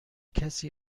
کسی